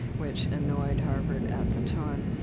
which annoyed harvard at the time.